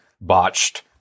botched